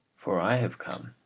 for i have come,